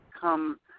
come